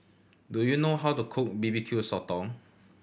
do you know how to cook B B Q Sotong